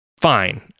Fine